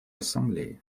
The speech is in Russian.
ассамблеи